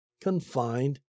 confined